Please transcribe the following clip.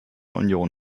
union